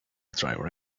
driver